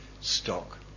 stock